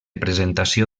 presentació